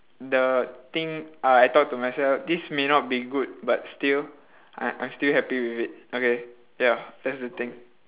the thing uh I talk to myself this may not be good but still I I'm still happy with it okay ya that's the thing